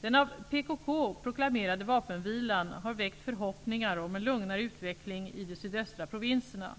Den av PKK proklamerade vapenvilan har väckt förhoppningar om en lugnare utveckling i de sydöstra provinserna.